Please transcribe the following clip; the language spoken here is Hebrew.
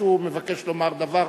מישהו מבקש לומר דבר?